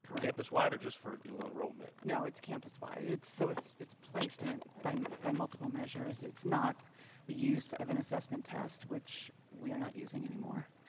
campus wide, or just for dual enrollment? no, it's campus wide. so it's it's placement by by multiple measures. it's not the use of an assessment test, which we are not using anymore.